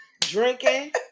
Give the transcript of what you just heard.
Drinking